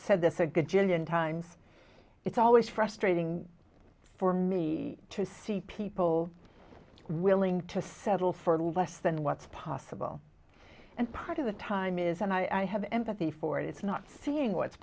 said this a good jillion times it's always frustrating for me to see people willing to settle for less than what's possible and part of the time is and i have empathy for it it's not seeing what's